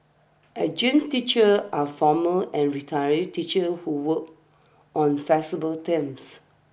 adjunct teachers are former and retired teachers who work on flexible terms